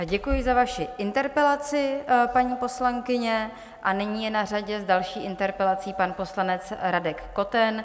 Děkuji za vaši interpelaci, paní poslankyně, a nyní je na řadě s další interpelací pan poslanec Radek Koten.